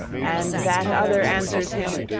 and that other answers him,